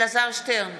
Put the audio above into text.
אלעזר שטרן,